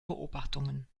beobachtungen